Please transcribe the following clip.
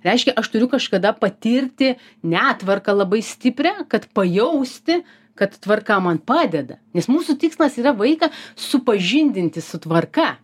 reiškia aš turiu kažkada patirti netvarką labai stiprią kad pajausti kad tvarka man padeda nes mūsų tikslas yra vaiką supažindinti su tvarka